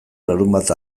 larunbat